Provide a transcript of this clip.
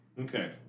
okay